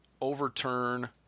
overturn